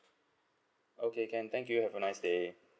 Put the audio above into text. okay can thank you have a nice day